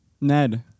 Ned